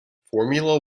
formula